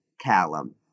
Callum